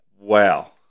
Wow